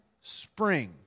spring